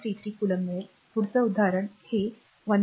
33 coulomb मिळेलपुढचं उदाहरण हे 1